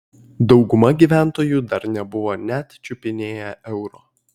dauguma gyventojų dar nebuvo net čiupinėję euro